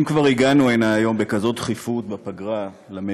אם כבר הגענו הנה היום בדחיפות כזאת בפגרה למליאה,